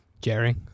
Jerry